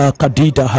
kadida